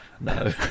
No